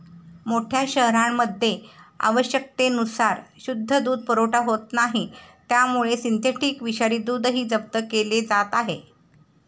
मोठ्या शहरांमध्ये आवश्यकतेनुसार शुद्ध दूध पुरवठा होत नाही त्यामुळे सिंथेटिक विषारी दूधही जप्त केले जात आहे